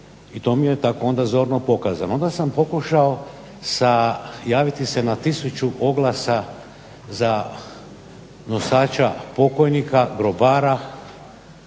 i to mi je onda zorno pokazano. Onda sam pokušao javiti se na tisuću oglasa za nosača pokojnika, grobara,